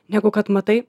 negu kad matai